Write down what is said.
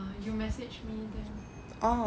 err you message me then